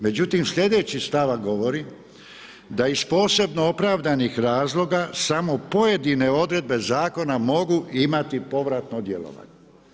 Međutim, sljedeći stavak govori da iz posebno opravdanih razloga samo pojedine odredbe zakona mogu imati povratno djelovanje.